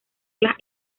las